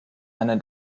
eine